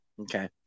Okay